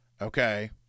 okay